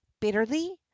bitterly